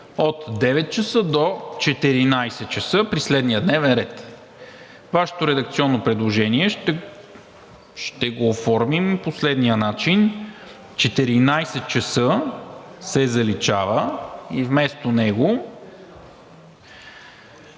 от 9,00 ч. до 14,00 ч. при следния дневен ред.“ Вашето редакционно предложение ще го оформим по следния начин: 14,00 ч. се заличава и вместо него